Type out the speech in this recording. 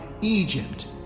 Egypt